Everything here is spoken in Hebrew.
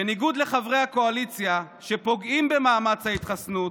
בניגוד לחברי הקואליציה, שפוגעים במאמץ ההתחסנות,